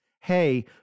hey